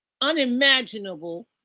unimaginable